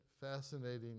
fascinating